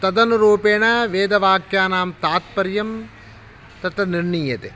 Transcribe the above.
तदनुरूपेण वेदवाक्यानां तात्पर्यं तत्र निर्णीयते